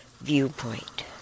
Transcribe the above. viewpoint